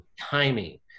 timing